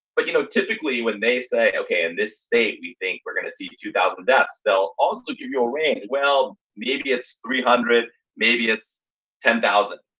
but, you know, typically when they say, ok, in this state, we think we're going to see two thousand deaths. they'll also give your rate. well, maybe it's three hundred, maybe it's ten thousand.